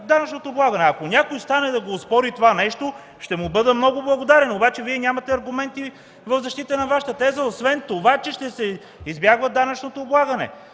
данъчното облагане. Ако някой стане, да оспори това нещо, ще му бъда много благодарен. Вие обаче нямате аргументи в защита на Вашата теза, освен че ще се избягва данъчното облагане.